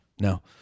No